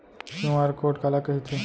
QR code काला कहिथे?